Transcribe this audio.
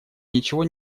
ничего